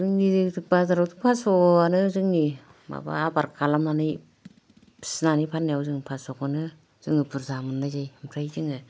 जोंनि बाजारावथ' फासस'आनो जोंनि माबा आबार खालामनानै फिनानै फाननायाव जों फासस'खौनो जोङो बुरजा मोननाय जायो ओमफ्राय जोङो